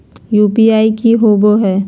UPI की होबो है?